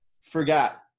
forgot